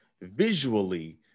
Visually